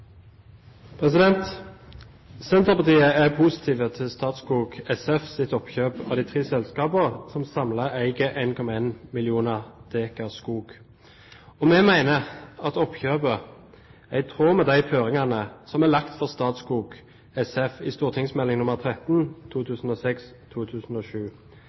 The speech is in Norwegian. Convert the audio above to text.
Senterpartiet er positive til Statskog SFs oppkjøp av de tre selskapene, som samlet eier 1,1 mill. dekar skog. Vi mener at oppkjøpet er i tråd med de føringene som er lagt for Statskog SF i St.meld. nr. 13